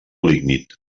lignit